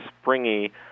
springy